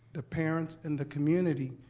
the parents, and the community,